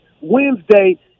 Wednesday